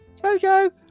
Jojo